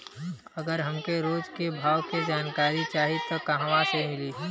अगर हमके रोज के भाव के जानकारी चाही त कहवा से मिली?